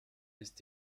ist